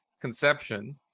conception